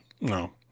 No